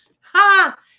Ha